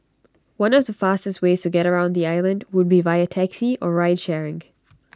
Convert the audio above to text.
one of the fastest ways to get around the island would be via taxi or ride sharing